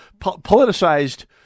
politicized